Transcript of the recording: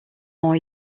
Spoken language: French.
ont